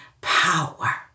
power